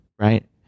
right